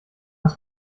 hast